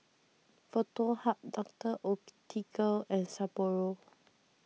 Foto Hub Doctor Oetker and Sapporo